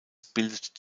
bildet